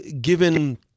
given